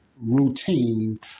routine